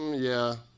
um yeah.